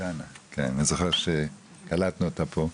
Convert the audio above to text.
אני זוכר שקלטנו אותה פה.